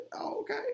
Okay